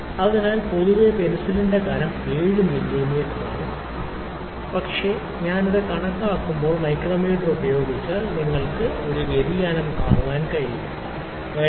അതിനാൽ പൊതുവേ പെൻസിലിന്റെ കനം 7 മില്ലീമീറ്ററാണ് പക്ഷേ ഞാൻ ഇത് കണക്കാക്കിയാൽ മൈക്രോമീറ്റർ ഉപയോഗിച്ചാൽ നിങ്ങൾക്ക് ഈ വ്യതിയാനം കാണാൻ കഴിയും 7